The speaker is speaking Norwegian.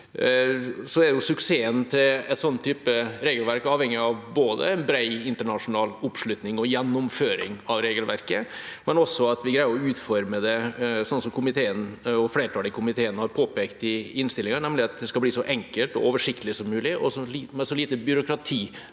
Suksessen til en sånn type regelverk er avhengig av både bred internasjonal oppslutning og gjennomføring av regelverket, og også at vi greier å utforme det sånn som flertallet i komiteen har påpekt i innstillinga, nemlig at det skal bli så enkelt og oversiktlig som mulig, og med så lite byråkrati